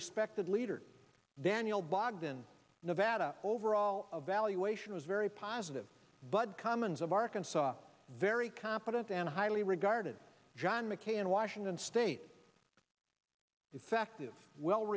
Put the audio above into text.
acted leader daniel bogden nevada overall evaluation was very positive bud cummins of arkansas very competent and highly regarded john mckay in washington state effective well